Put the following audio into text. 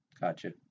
Gotcha